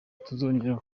tuzongera